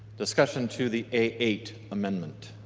discussion to the a eight amendment?